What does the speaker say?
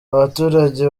abaturage